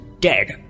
Dead